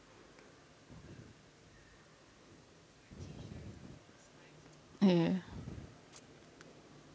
uh yeah